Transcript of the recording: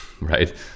right